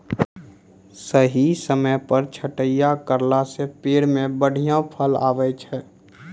सही समय पर छंटाई करला सॅ पेड़ मॅ बढ़िया फल आबै छै